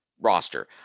roster